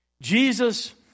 Jesus